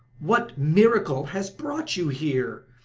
what miracle has brought you here?